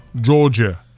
Georgia